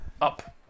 Up